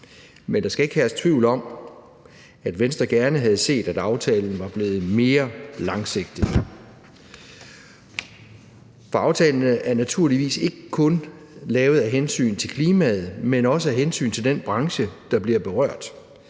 men der skal ikke herske tvivl om, at Venstre gerne havde set, at aftalen var blevet mere langsigtet, for aftalen er naturligvis ikke kun lavet af hensyn til klimaet, men også af hensyn til den branche, der bliver berørt.